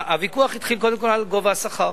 הוויכוח התחיל קודם כול על גובה השכר,